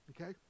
Okay